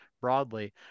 broadly